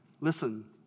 Listen